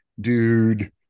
dude